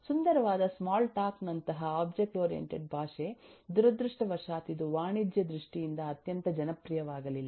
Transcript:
ಸುಂದರವಾದ Smalltalk ನಂತಹ object oriented ಭಾಷೆ ದುರದೃಷ್ಟವಶಾತ್ ಇದು ವಾಣಿಜ್ಯ ದೃಷ್ಟಿಯಿಂದ ಅತ್ಯಂತ ಜನಪ್ರಿಯವಾಗಲಿಲ್ಲ